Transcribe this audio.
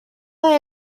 are